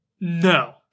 No